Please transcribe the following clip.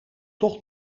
toch